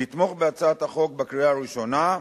לתמוך בהצעת החוק בקריאה ראשונה,